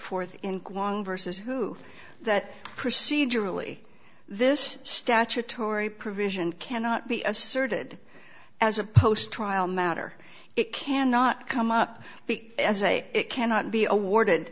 forth in quantum vs who that procedurally this statutory provision cannot be asserted as a post trial matter it cannot come up as a it cannot be awarded